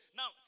now